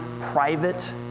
private